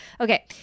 Okay